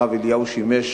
הרב אליהו שימש